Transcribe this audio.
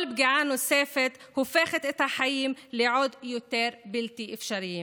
כל פגיעה נוספת הופכת את החיים לעוד יותר בלתי אפשריים.